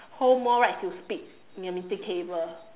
hold more rights to speak in the meeting table